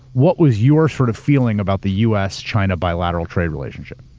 what was your sort of feeling about the u. s. china bilateral trade relationship?